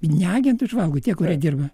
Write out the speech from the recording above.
ne agentui žvalgui tie kurie dirba